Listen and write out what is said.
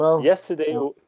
Yesterday